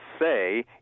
say